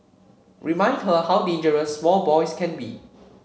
remind her how dangerous small boys can be